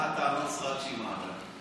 אבל מה טענות הסרק שהיא מעלה?